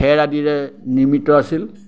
খেৰ আদিৰে নিৰ্মিত আছিল